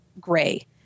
gray